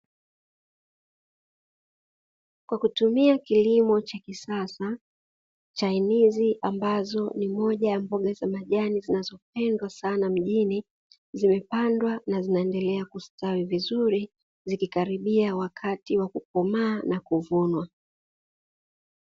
Kwa kutumia kilimo cha cha kisasa chainizi ambazi ni moja wapo ya mboga za majani zinazopendwa sana mjini zimepandwa na zinaendelea kustawi vizuri, zikikaribia wakati wa kukomaa na kuvunwa.